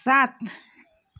सात